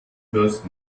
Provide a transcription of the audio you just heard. das